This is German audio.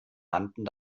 rannten